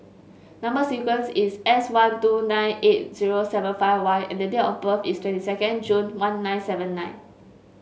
number sequence is S one two nine eight zero seven five Y and date of birth is twenty second June one nine seven nine